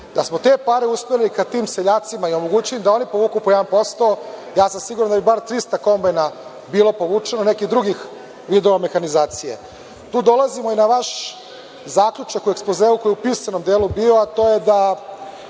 smo te pare usmerili ka tim seljacima i omogućili da oni povuku po 1% ja sam siguran da bi bar 300 kombajna bilo povučeno i nekih drugih vidova mehanizacije. Tu dolazimo i na vaš zaključak u ekspozeu koji je u pisanom delu bio, a to je da